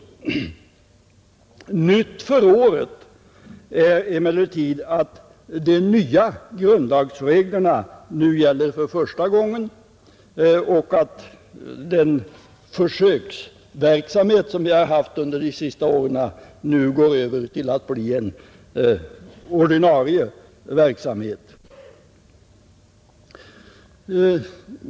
Nytt för året är emellertid att de nya grundlagsreglerna gäller för första gången och att den försöksverksamhet som vi har haft under de senaste åren nu går över att bli en ordinarie verksamhet.